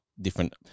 different